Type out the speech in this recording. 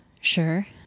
Sure